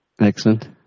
excellent